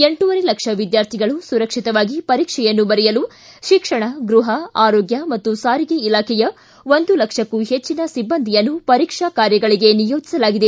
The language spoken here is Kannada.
ಎಂಟುವರೆ ಲಕ್ಷ ವಿದ್ಯಾರ್ಥಿಗಳು ಸುರಕ್ಷಿತವಾಗಿ ಪರೀಕ್ಷೆಯನ್ನು ಬರೆಯಲು ಶಿಕ್ಷಣ ಗೃಹ ಆರೋಗ್ಯ ಮತ್ತು ಸಾರಿಗೆ ಇಲಾಖೆಯ ಒಂದು ಲಕ್ಷಕ್ಕೂ ಹೆಚ್ಚಿನ ಸಿಬ್ಲಂದಿಯನ್ನು ಪರೀಕ್ಷಾ ಕಾರ್ಯಗಳಿಗೆ ನಿಯೋಜಿಸಲಾಗಿದೆ